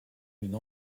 une